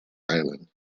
island